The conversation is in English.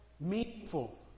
meaningful